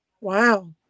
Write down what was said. Wow